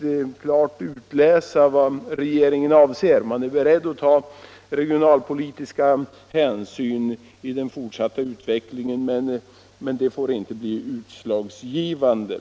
inte klart uttyda vad regeringen avser med att man är beredd att ta regionalpolitiska hänsyn i den fortsatta utvecklingen, men att regionalpolitiska aspekter inte kan bli utslagsgivande.